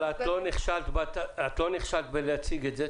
את לא נכשלת בלהציג את זה,